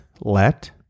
let